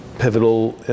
Pivotal